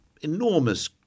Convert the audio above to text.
enormous